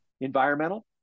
environmental